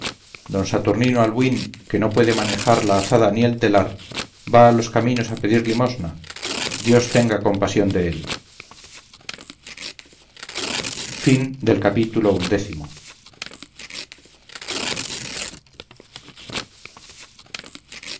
d saturnino albuín que no puede manejar la azada ni el telar va a los caminos a pedir limosna dios tenga compasión de él